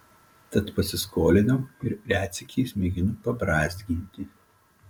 tad pasiskolinau ir retsykiais mėginu pabrązginti